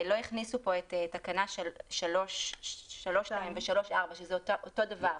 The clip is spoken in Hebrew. לא הכניסו פה את תקנות 3(2) ו-3(4), שהן אותו דבר.